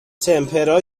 تِمپِرا